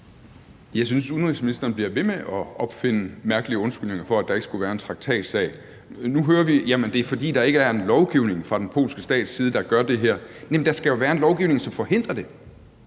Jeg synes, udenrigsministeren bliver ved med at opfinde mærkelige undskyldninger for, at der ikke skulle være en traktatsag. Nu hører vi, at det er, fordi der ikke er en lovgivning fra den polske stats side, der gør det her. Men der skal jo være en lovgivning, som forhindrer det.